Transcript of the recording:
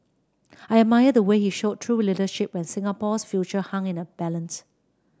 I admire the way he showed true leadership when Singapore's future hung in the balance